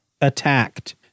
attacked